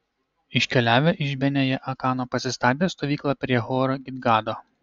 iškeliavę iš bene jaakano pasistatė stovyklą prie hor gidgado